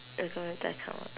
acco~ I cannot do